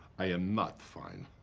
i am not fine.